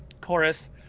chorus